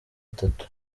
atatu